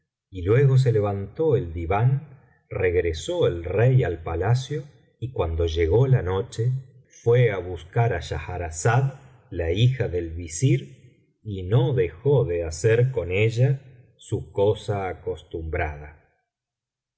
y luego se levantó el diván regresó el rey al palacio y cuando llegó la noche fué á buscar á schahrazada la hija del visir y no dejó de hacer con ella su cosa acostumbrada y